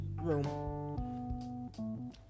room